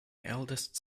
eldest